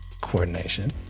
coordination